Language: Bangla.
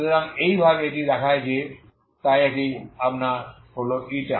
সুতরাং এইভাবে এটি দেখায় তাই এটি হল ξ